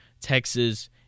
Texas